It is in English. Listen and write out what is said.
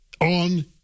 on